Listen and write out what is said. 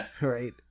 right